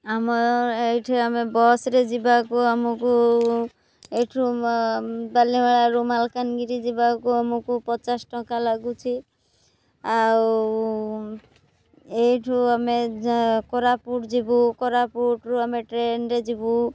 ଆମ ଏଇଠି ଆମେ ବସ୍ରେ ଯିବାକୁ ଆମକୁ ଏଇଠୁ ବାଲିମାଳାରୁ ମାଲକାନଗିରି ଯିବାକୁ ଆମକୁ ପଚାଶ ଟଙ୍କା ଲାଗୁଛି ଆଉ ଏଇଠୁ ଆମେ କୋରାପୁଟ ଯିବୁ କୋରାପୁଟରୁ ଆମେ ଟ୍ରେନ୍ରେ ଯିବୁ